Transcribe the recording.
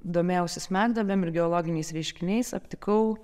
domėjausi smegduobėm ir geologiniais reiškiniais aptikau